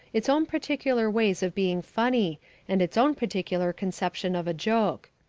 its own particular ways of being funny and its own particular conception of a joke.